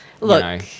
Look